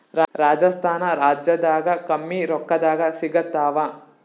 ರಾಜಸ್ಥಾನ ರಾಜ್ಯದಾಗ ಕಮ್ಮಿ ರೊಕ್ಕದಾಗ ಸಿಗತ್ತಾವಾ?